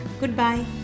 Goodbye